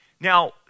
Now